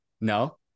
no